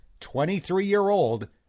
23-year-old